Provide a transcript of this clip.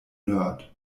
nerd